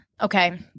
Okay